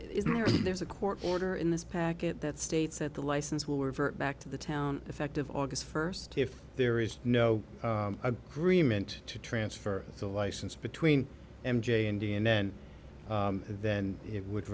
to there's a court order in this packet that states that the license will revert back to the town effective august first if there is no agreement to transfer the license between m j india and then then it would